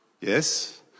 yes